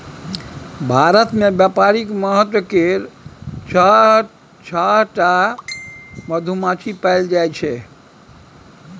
भारत मे बेपारिक महत्व केर छअ टा मधुमाछी पएल जाइ छै